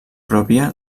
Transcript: pròpia